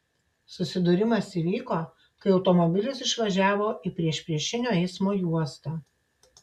susidūrimas įvyko kai automobilis išvažiavo į priešpriešinio eismo juostą